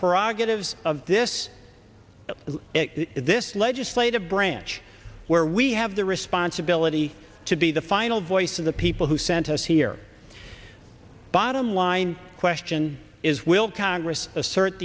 prerogatives of this this legislative branch where we have the responsibility to be the final voice of the people who sent us here bottom line question is will congress assert